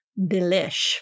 delish